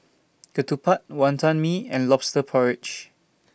Ketupat Wonton Mee and Lobster Porridge